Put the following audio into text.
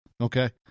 okay